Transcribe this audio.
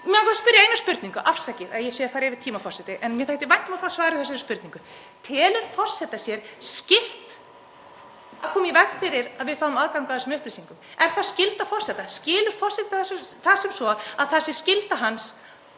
Má ég bara spyrja einnar spurningar? Afsakið að ég sé að fara yfir tíma, herra forseti, en mér þætti vænt um að fá svar við þessari spurningu: Telur forseti sér skylt að koma í veg fyrir að við fáum aðgang að þessum upplýsingum? Er það skylda forseta? Skilur forseti það sem svo að það sé skylda hans,